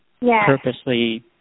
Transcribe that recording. purposely